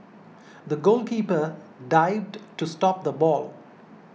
the goalkeeper dived to stop the ball